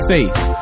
Faith